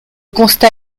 constat